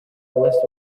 list